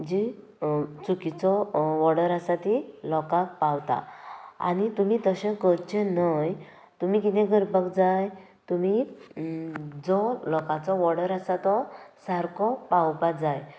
जी चुकिचो वॉर्डर आसा ती लोकांक पावता आनी तुमी तशें करचें न्हय तुमी कितें करपाक जाय तुमी जो लोकाचो वोर्डर आसा तो सारको पावोवपाक जाय